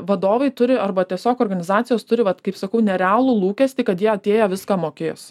vadovai turi arba tiesiog organizacijos turi vat kaip sakau nerealų lūkestį kad jie atėję viską mokės